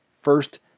first